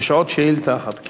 יש עוד שאילתא אחת.